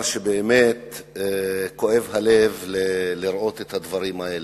ובאמת כואב הלב לראות את הדברים האלה.